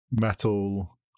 metal